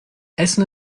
essen